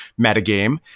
metagame